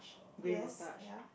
yes ya